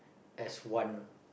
as one